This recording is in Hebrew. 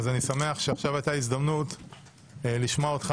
אז אני שמח שעכשיו הייתה הזדמנות לשמוע אותך